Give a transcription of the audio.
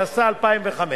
התשס"ה 2005,